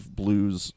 blues